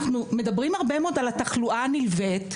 אנחנו מדברים הרבה מאוד על התחלואה הנלוות,